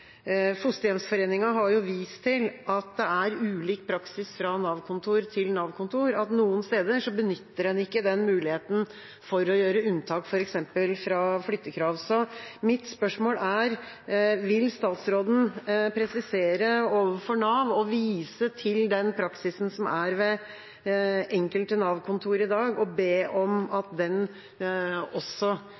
Fosterhjemsforening har vist til at det er ulik praksis fra Nav-kontor til Nav-kontor, og at noen steder benytter en ikke muligheten til å gjøre unntak f.eks. fra flyttekrav. Mitt spørsmål er: Vil statsråden presisere overfor Nav og vise til den praksisen som er ved enkelte Nav-kontor i dag, og be om at den også